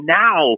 now